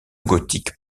gothique